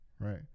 right